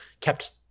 kept